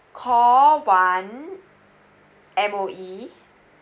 call one M_O_E